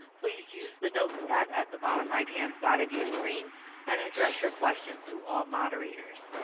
please use the notes tab at the bottom right-hand side of your screen and address your question to all moderators.